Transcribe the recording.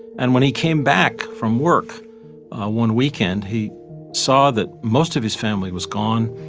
and when he came back from work one weekend, he saw that most of his family was gone.